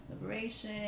liberation